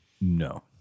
No